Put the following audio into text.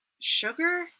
sugar